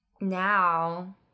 now